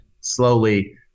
slowly